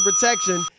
protection